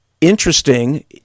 interesting